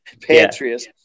Patriots